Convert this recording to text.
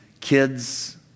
kids